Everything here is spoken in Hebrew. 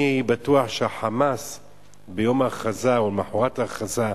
אני בטוח שביום ההכרזה או למחרת היום ה"חמאס"